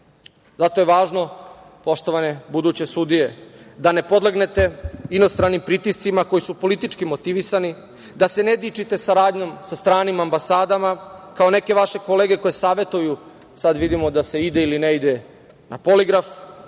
Zato je važno poštovane buduće sudije da ne podlegnete inostranim pritiscima koji su politički motivisani, da se ne dičite saradnjom sa stranim ambasadama kao neke vaše kolege koje savetuju, sad vidimo da se ide ili ne ide na poligraf,